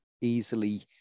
easily